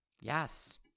yes